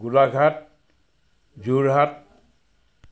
Golaghat Jorhat